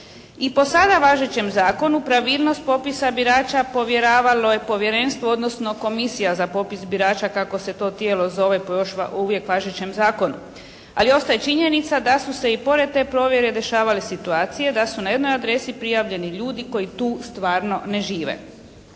I po sada važećem Zakonu pravilnost popisa birača povjeravalo je Povjerenstvo, odnosno Komisija za popis birača kako se to tijelo zove po još uvijek važećem Zakonu, ali ostaje činjenica da su se i pored te provjere dešavale situacije da su na jednoj adresi prijavljeni ljudi koji tu stvarno ne žive.